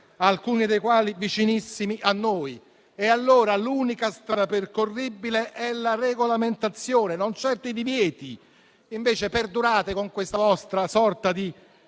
alcuni dei quali vicinissimi a noi. Allora l'unica strada percorribile è la regolamentazione, non certo i divieti. Invece perdurate con questa vostra sorta di